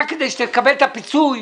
כדי שתקבל את הפיצוי,